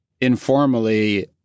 informally